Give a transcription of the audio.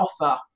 offer